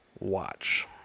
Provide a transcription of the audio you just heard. watch